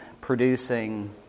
producing